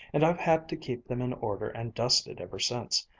and i've had to keep them in order and dusted ever since.